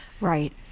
Right